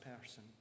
person